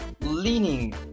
leaning